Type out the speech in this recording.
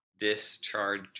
Discharge